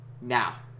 now